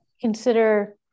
consider